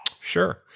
Sure